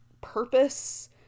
purpose